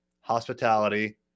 hospitality